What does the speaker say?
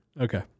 Okay